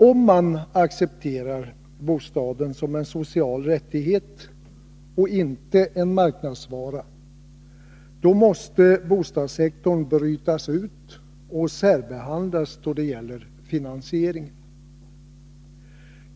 Om man accepterar bostaden som en social rättighet och inte ser den som en marknadsvara, måste bostadssektorn brytas ut och särbehandlas då det gäller finansieringen.